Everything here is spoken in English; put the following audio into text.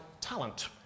talent